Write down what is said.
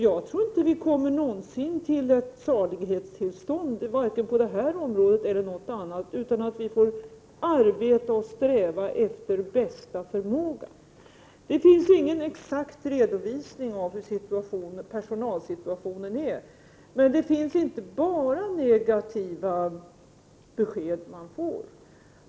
Jag tror inte att vi någonsin kommer till ett salighetstillstånd vare sig på detta område eller på något annat, utan vi får arbeta och sträva efter bästa förmåga. Det finns ingen exakt redovisning av hur personalsituationen är. Men det är inte bara negativa besked man får.